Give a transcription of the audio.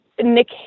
Nick